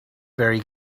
very